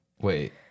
Wait